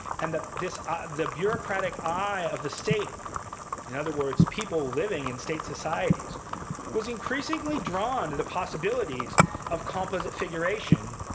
and that ah the bureaucratic eye of the state in other words, people living in state societies was increasingly drawn to the possibilities of composite figuration.